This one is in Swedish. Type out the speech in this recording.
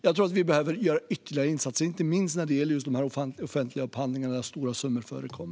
Jag tror att vi behöver göra ytterligare insatser, inte minst när det gäller offentliga upphandlingar där stora summor förekommer.